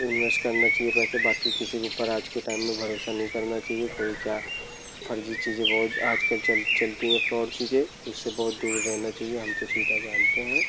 invest करना चाहिए पैसे बाकी किसी को पर आज के टाइम में भरोसा नहीं करना चाहिए कोई क्या फ़र्ज़ी चीज़ें बहुत आजकल चल चलती है बहुत फ्रॉड चीज़ें उससे बहुत दूर रहना चाहिए हम तो सीधा जानते हैं